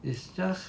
it's just